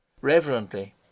Reverently